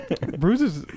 bruises